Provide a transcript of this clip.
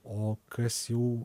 o kas jau